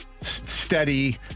steady